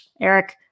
Eric